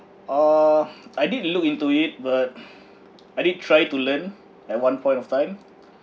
uh I did look into it but I did try to learn at one point of time